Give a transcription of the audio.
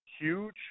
huge